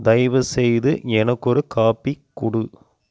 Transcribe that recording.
தயவுசெய்து எனக்கு ஒரு காபி கொடு